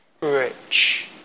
rich